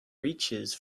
reaches